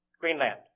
Greenland